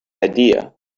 idea